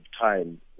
time